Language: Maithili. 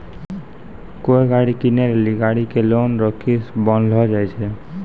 कोय गाड़ी कीनै लेली गाड़ी के लोन रो किस्त बान्हलो जाय छै